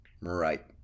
Right